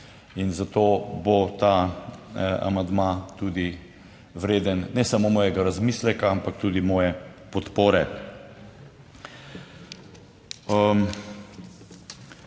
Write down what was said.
in zato bo ta amandma tudi vreden ne samo mojega razmisleka, ampak tudi moje podpore.